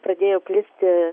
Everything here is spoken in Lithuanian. pradėjo plisti